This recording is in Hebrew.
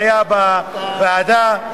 שהיה בוועדה,